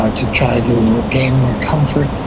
um to try to gain more comfort.